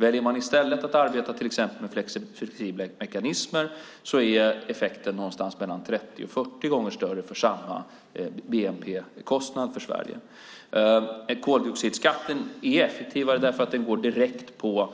Väljer man i stället att till exempel jobba med flexibla mekanismer är effekten någonstans mellan 30 och 40 gånger större för samma bnp-kostnad för Sverige. Koldioxidskatten är effektivare därför att den går direkt på